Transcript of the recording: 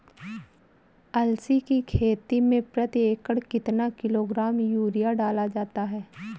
अलसी की खेती में प्रति एकड़ कितना किलोग्राम यूरिया डाला जाता है?